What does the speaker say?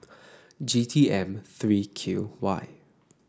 G T M three Q Y